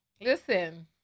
listen